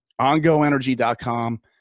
OngoEnergy.com